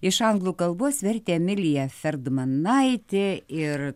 iš anglų kalbos vertė emilija ferdmanaitė ir